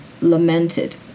lamented